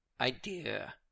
idea